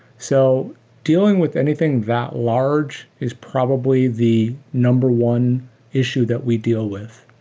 so dealing with anything that large is probably the number one issue that we deal with.